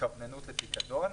התכווננות לפיקדון,